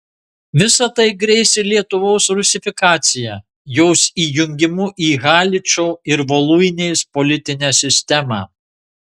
visa tai grėsė lietuvos rusifikacija jos įjungimu į haličo ir voluinės politinę sistemą